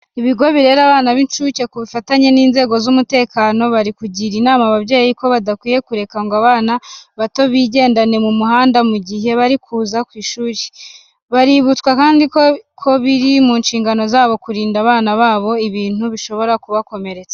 Ibigo birera abana b'incuke ku bufatanye n'inzego z'umutekano bari kugira inama ababyeyi ko badakwiye kureka ngo abana bato bigendane mu muhanda mu gihe bari kuza ku ishuri. Baributswa kandi ko biri mu nshingano zabo kurinda abana babo ibintu bishobora kubakomeretsa.